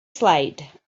slide